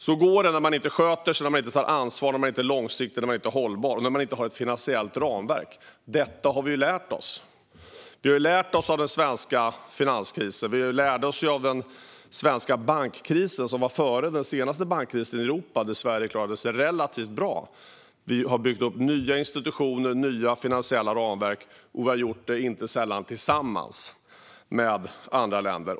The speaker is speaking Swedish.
Så går det när man inte sköter sig, inte tar ansvar, inte är långsiktig, inte är hållbar och inte har ett finansiellt ramverk. Detta har vi ju lärt oss. Vi har lärt oss av den svenska finanskrisen, och vi lärde oss av den svenska bankkrisen som skedde före den senaste bankkrisen i Europa, där Sverige klarade sig relativt bra. Vi har byggt upp nya institutioner och nya finansiella ramverk, och vi har inte sällan gjort det tillsammans med andra länder.